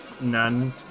None